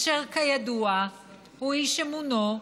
אשר כידוע הוא איש אמונו,